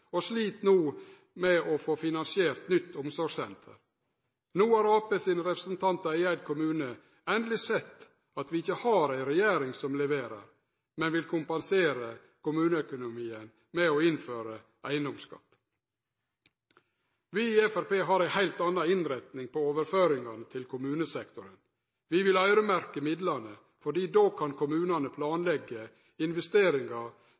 og slit no med å få finansiert nytt omsorgssenter. No har Arbeidarpartiets representantar i Eid kommune endeleg sett at vi ikkje har ei regjering som leverer, men som vil kompensere kommuneøkonomien med å innføre eigedomsskatt. Vi i Framstegspartiet har ei heilt anna innretning på overføringane til kommunesektoren. Vi vil øyremerkje midlane. Då kan kommunane planleggje investeringar